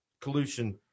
collusion